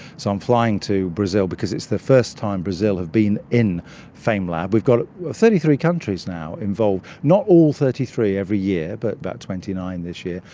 so i'm flying to brazil because it's the first time brazil have been in famelab. we've got thirty three countries now involved, not all thirty three every year but about twenty nine this year.